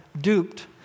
duped